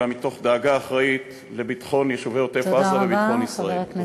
אלא מתוך דאגה אחראית לביטחון יישובי עוטף-עזה וביטחון ישראל.